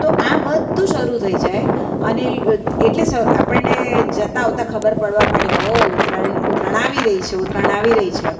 તો આ બધુ શરૂ થઈ જાય અને એટલે આપણને જતાં આવતાં ખબર પડવા માંડે ઓ ઉત્તરાયણ ઉત્તરાયણ આવી રહી છે ઉત્તરાયણ આવી રહી છે